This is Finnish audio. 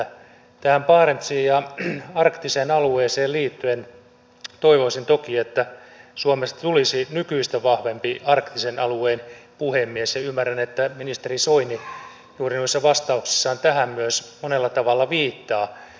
tähän barentsiin ja arktiseen alueeseen liittyen toivoisin toki että suomesta tulisi nykyistä vahvempi arktisen alueen puhemies ja ymmärrän että ministeri soini juuri noissa vastauksissaan tähän myös monella tavalla viittaa